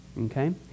Okay